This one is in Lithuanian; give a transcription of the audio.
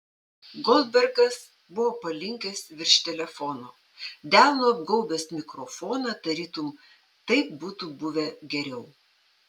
goldbergas buvo palinkęs virš telefono delnu apgaubęs mikrofoną tarytum taip būtų buvę geriau